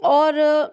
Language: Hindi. और